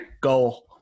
Goal